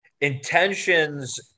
Intentions